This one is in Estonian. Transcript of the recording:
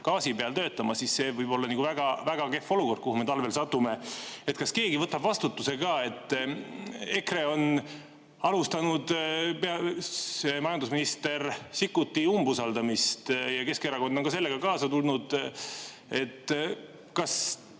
gaasi peal töötama, siis see võib olla väga kehv olukord, kuhu me talvel satume. Kas keegi võtab vastutuse ka? EKRE on alustanud majandusminister Sikkuti umbusaldamist ja Keskerakond on sellega kaasa tulnud. Kas